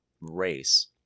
race